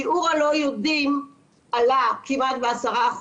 שיעור הלא יודעים עלה כמעט ב-10%,